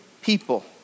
people